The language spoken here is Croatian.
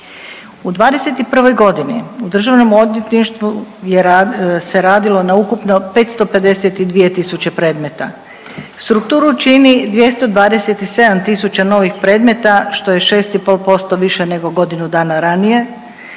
U 21. godini u Državnom odvjetništvu se radilo na ukupno 552 tisuće predmeta. Strukturu čini 227 tisuća novih predmeta što je 6,5% više nego godinu dana ranije.